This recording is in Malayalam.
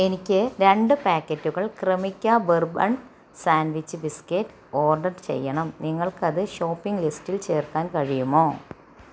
എനിക്ക് രണ്ട് പാക്കറ്റുകൾ Cremica bourbon sandwich biscuit order ചെയ്യണം നിങ്ങൾക്കത് ഷോപ്പിംഗ് ലിസ്റ്റിൽ ചേർക്കാൻ കഴിയുമോ